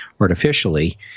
artificially